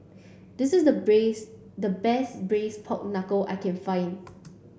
this is the braise the best braise pork knuckle I can find